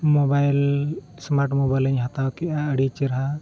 mobile smart ᱢᱚᱵᱟᱭᱤᱞᱤᱧ ᱦᱟᱛᱟᱣ ᱠᱮᱫᱟ ᱟᱹᱰᱤ ᱪᱮᱨᱦᱟ